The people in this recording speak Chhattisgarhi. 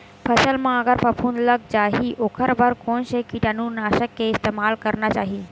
फसल म अगर फफूंद लग जा ही ओखर बर कोन से कीटानु नाशक के इस्तेमाल करना चाहि?